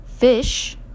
Fish